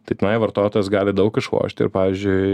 tai tenai vartotojas gali daug išlošti ir pavyzdžiui